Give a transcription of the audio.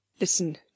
Listen